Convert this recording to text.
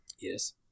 Yes